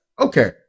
okay